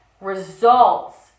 results